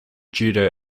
judo